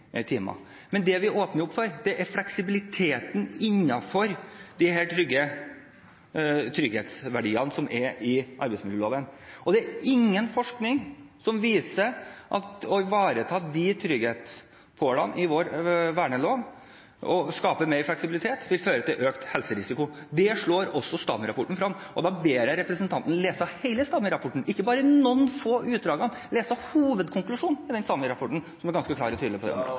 åpner opp for, er fleksibilitet innenfor disse trygghetsverdiene i arbeidsmiljøloven. Det er ingen forskning som viser at å ivareta disse trygghetspålene i vår arbeidsmiljølov og skape mer fleksibilitet vil føre til økt helserisiko. Det slår også STAMI-rapporten fast, og da ber jeg representanten lese hele STAMI-rapporten, ikke bare noen få utdrag, men lese hovedkonklusjonen i STAMI-rapporten, som er ganske klar og tydelig på dette. Det